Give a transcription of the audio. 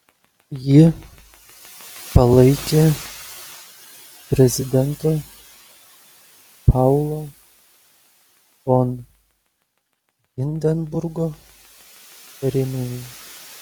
jį palaikė prezidento paulo von hindenburgo rėmėjai